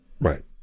Right